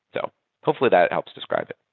so hopefully that helps describe it.